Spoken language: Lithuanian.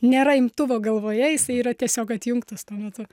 nėra imtuvo galvoje jisai yra tiesiog atjungtas tuo metu